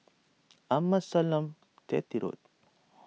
Amasalam Chetty Road